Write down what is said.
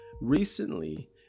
Recently